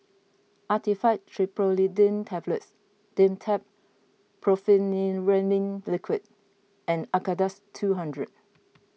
Actifed Triprolidine Tablets Dimetapp Brompheniramine Liquid and Acardust two hundred